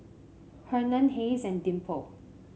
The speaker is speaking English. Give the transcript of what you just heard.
Hernan Hayes and Dimple